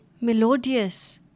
melodious